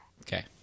Okay